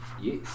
Yes